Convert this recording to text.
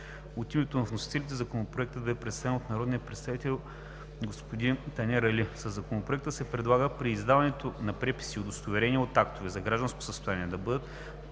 От името на вносителите Законопроектът беше представен от народния представител Ерджан Ебатин. Със Законопроекта се предлага при издаването на преписи и удостоверения от актовете за гражданско състояние да бъде